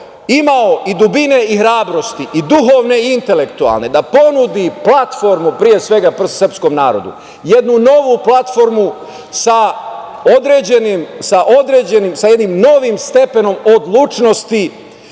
imao i dubine i hrabrosti i duhovne i intelektualne da ponudi platformu, pre svega srpskom narodu. Jednu novu platformu sa jednim novim stepenom odlučnosti,